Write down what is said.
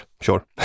sure